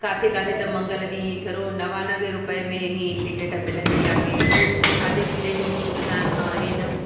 काथे काथे त मंगल ॾींहुं छरो नवानवे रुपे में ई टिकट मिलंदी आहे ॿियूं खाधे पीते जी बि सुविधा आहिनि